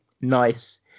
nice